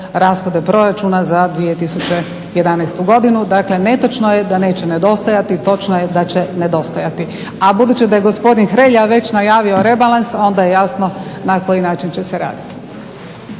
rashode proračuna za 2011. godinu. dakle, netočno je da neće nedostajati, točno je da će nedostajati. A budući da je gospodin Hrelja već najavio rebalans, onda je jasno na koji način će se raditi.